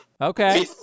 Okay